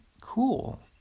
Cool